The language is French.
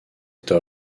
cette